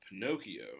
Pinocchio